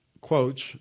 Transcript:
quotes